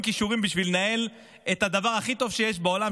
כישורים בשביל לנהל את הדבר הכי טוב שיש בעולם,